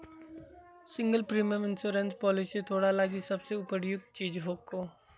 single premium insurance policy तोरा लगी सबसे उपयुक्त चीज हको